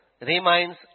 remains